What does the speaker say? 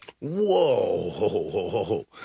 Whoa